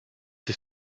dich